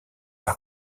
par